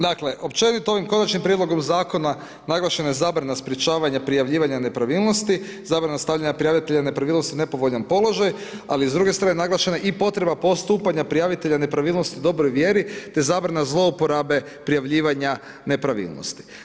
Dakle, općenito ovim konačnim prijedlogom zakona, naglašena je zabrana sprečavanja prijavljivanja nepravilnosti, zabrana stavljanja prijavitelja nepravilnosti u nepovoljan položaj, ali s druge strane naglašena i potreba postupanja prijavitelja nepravilnosti u dobroj vjeri te zabrana zlouporabe prijavljivanja nepravilnosti.